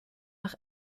nach